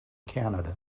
canada